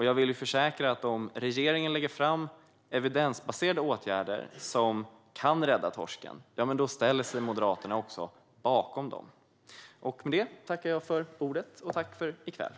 Jag försäkrar att om regeringen lägger fram evidensbaserade åtgärder som kan rädda torsken ställer sig Moderaterna bakom dem. Med det tackar jag för ordet. Tack för i kväll!